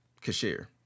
cashier